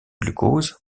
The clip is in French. glucose